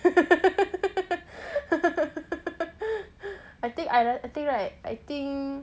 I think I think right I think